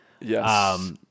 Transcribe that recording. Yes